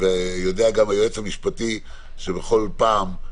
ויודע גם היועץ המשפטי שבכל פעם,